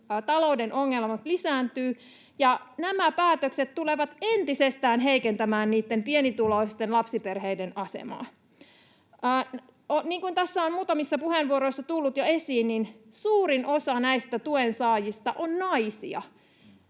talouden ongelmat lisääntyvät, ja nämä päätökset tulevat entisestään heikentämään pienituloisten lapsiperheiden asemaa. Niin kuin tässä on muutamissa puheenvuoroissa tullut jo esiin, suurin osa näistä tuensaajista on naisia.